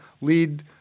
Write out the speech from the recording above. lead